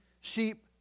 sheep